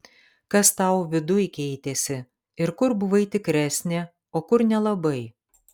kas tau viduj keitėsi ir kur buvai tikresnė o kur nelabai